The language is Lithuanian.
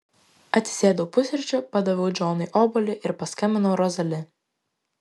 atsisėdau pusryčių padaviau džonui obuolį ir paskambinau rozali